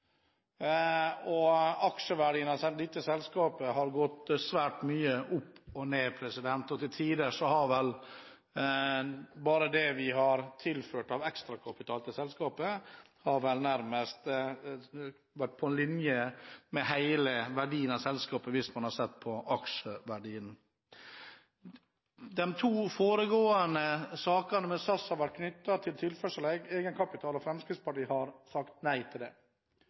pst. Aksjeverdien av dette selskapet har gått svært mye opp og ned, og til tider har vel bare det vi har tilført av ekstrakapital til selskapet, nærmest vært på linje med hele verdien av selskapet hvis man ser på aksjeverdien. De to foregående sakene med SAS har vært knyttet til tilførsel av egenkapital, og Fremskrittspartiet har sagt nei til det.